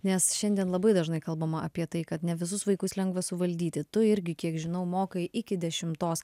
nes šiandien labai dažnai kalbama apie tai kad ne visus vaikus lengva suvaldyti tu irgi kiek žinau mokai iki dešimtos